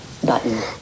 button